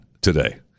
today